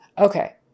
Okay